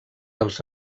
els